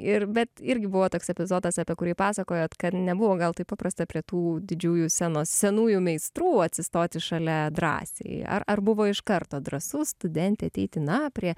ir bet irgi buvo toks epizodas apie kurį pasakojot kad nebuvo gal taip paprasta prie tų didžiųjų scenos senųjų meistrų atsistoti šalia drąsiai ar ar buvo iš karto drąsu studentei ateiti na prie